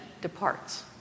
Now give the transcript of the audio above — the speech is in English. departs